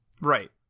Right